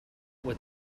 with